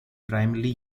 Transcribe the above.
primarily